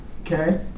Okay